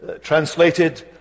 translated